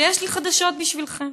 ויש לי חדשות בשבילכם: